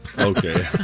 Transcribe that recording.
Okay